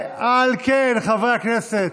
חברי הכנסת,